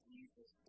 Jesus